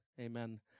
amen